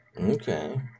Okay